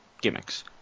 gimmicks